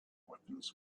weapons